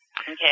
okay